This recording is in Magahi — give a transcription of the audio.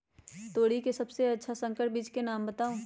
तोरी के सबसे अच्छा संकर बीज के नाम बताऊ?